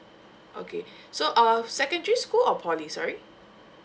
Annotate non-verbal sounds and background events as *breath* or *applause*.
okay *breath* so uh secondary school or poly sorry